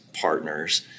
partners